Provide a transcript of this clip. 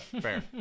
Fair